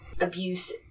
abuse